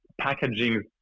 packaging